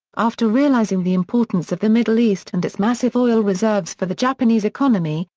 after realizing the importance of the middle east and its massive oil reserves for the japanese economy,